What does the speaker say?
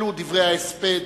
אלו דברי ההספד